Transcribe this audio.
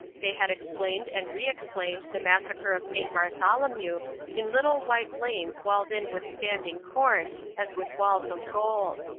they had explained and re-explained the massacre of st. bartholomew in little white lanes walled in with standing corn as with walls of gold.